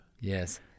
Yes